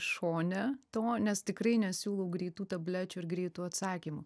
šone to nes tikrai nesiūlau greitų tablečių ir greitų atsakymų